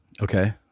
Okay